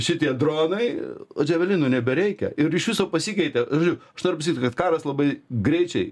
šitie dronai o džavelinų nebereikia ir iš viso pasikeitė žodžiu aš noriu pasakyti kad karas labai greičiai